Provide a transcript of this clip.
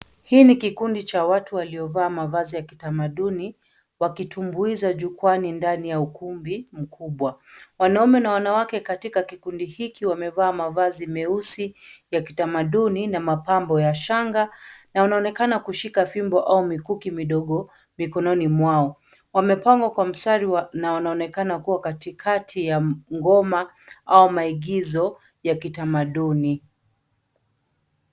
Hii ni kikundi cha watu waliovaa mavazi ya kitamaduni wakitumbuiza jukuwani ndani ya ukumbi mkubwa. Wanaume na wanawake katika kikundi hiki wamevaa mavazi meusi ya kitamaduni, na mapambo ya shanga, na wanaonekana kushika fimbo au mikuki midogo mikononi mwao. Wamepangwa kwa mistari na wanaonekana kuwa katikati ya ngoma au maigizo ya kitamaduni.